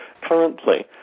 currently